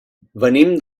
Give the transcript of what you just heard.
venim